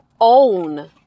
own